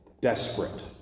desperate